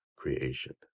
creation